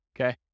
okay